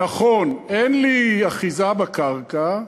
נכון, אין לי אחיזה בקרקע,